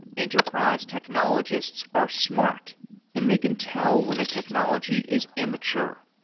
enterprise technologists are smart and they can tell when a technology is immature.